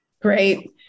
Great